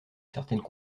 certaines